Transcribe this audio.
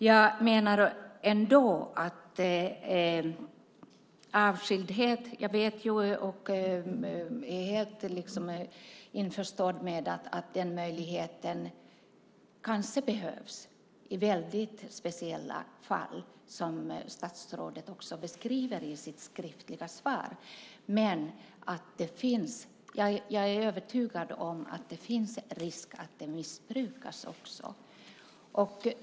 Jag är helt införstådd med att möjligheten kanske behövs i väldigt speciella fall, som statsrådet beskriver i sitt skriftliga svar. Men jag är övertygad om att det också finns en risk för att det missbrukas.